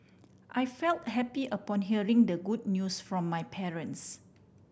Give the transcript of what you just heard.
I feel happy upon hearing the good news from my parents